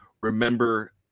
remember